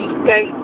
okay